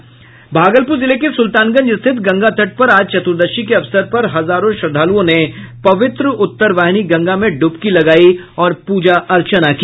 भागलपुर जिले के सुल्तानगंज स्थित गंगा तट पर आज चतुर्दशी के अवसर पर हजारों श्रद्धालुओं ने पवित्र उत्तर वाहिनी गंगा में डुबकी लगायी और पूजा अर्चना की